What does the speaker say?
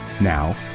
Now